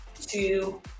two